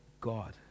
God